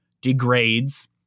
degrades